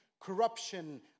corruption